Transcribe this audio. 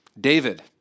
David